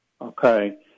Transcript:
okay